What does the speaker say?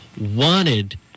wanted